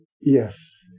Yes